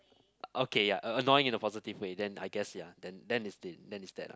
okay ya annoying in a positive way then I guess ya then then is this then is that lah